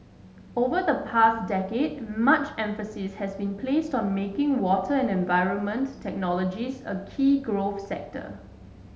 over the past decade much emphasis has been placed on making water and environment technologies a key growth sector